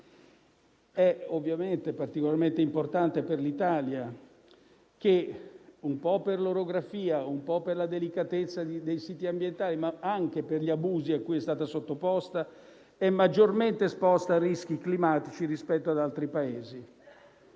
Essa è particolarmente importante per l'Italia perché - in parte per l'orografia, in parte per la delicatezza dei siti ambientali ma anche per gli abusi a cui è stata sottoposta - è maggiormente esposta a rischi climatici rispetto ad altri Paesi.